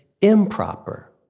improper